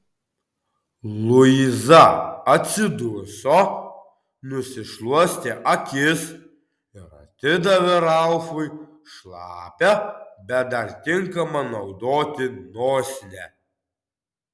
luiza atsiduso nusišluostė akis ir atidavė ralfui šlapią bet dar tinkamą naudoti nosinę